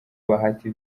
bahati